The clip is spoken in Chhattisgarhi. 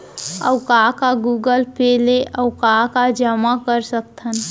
अऊ का का गूगल पे ले अऊ का का जामा कर सकथन?